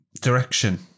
Direction